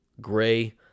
gray